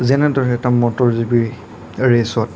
যেনেদৰে এটা motor G পিৰ ৰেছত